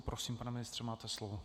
Prosím, pane ministře, máte slovo.